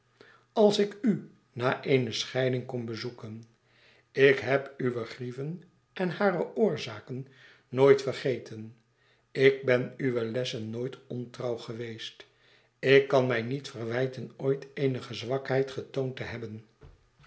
als ik u na eene scheiding kom bezoeken ik heb uwe grieven en hare oorzaken nooit vergeten ik ben uwe lessen nooit ontrouw geweest ik kan mij niet verwijten ooit eenige zwakheid getoond te hebben